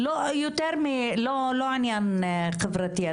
לא עניין חברתי.